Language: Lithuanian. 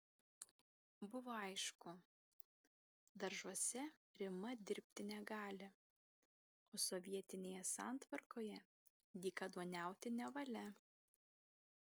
buvo aišku daržuose rima dirbti negali o sovietinėje santvarkoje dykaduoniauti nevalia